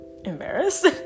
embarrassed